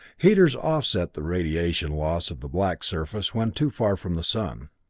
heaters offset the radiation loss of the black surface when too far from the sun.